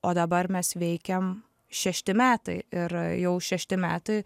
o dabar mes veikiam šešti metai ir jau šešti metai